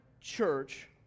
church